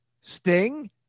Sting